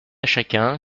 chacun